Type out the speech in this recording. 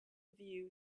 view